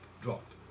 drop